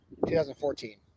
2014